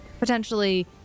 potentially